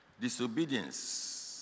Disobedience